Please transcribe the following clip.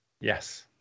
Yes